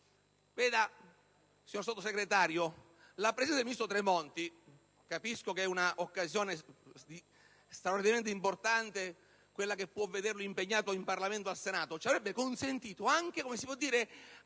Signor Sottosegretario, la presenza del ministro Tremonti - capisco che è un'occasione straordinariamente importante quella che può vederlo impegnato in Parlamento al Senato - ci avrebbe consentito anche di ricordargli